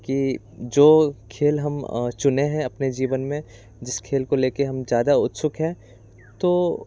कि जो खेल हम चुने हैं अपने जीवन में जिस खेल को लेकर हम ज़्यादा उत्सुक हैं तो